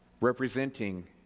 Representing